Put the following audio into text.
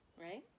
right